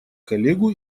коллегу